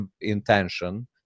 intention